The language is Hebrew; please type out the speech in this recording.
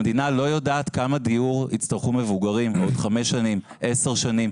המדינה לא יודעת כמה דיור יצטרכו מבוגרים בעוד חמש או עשר שנים.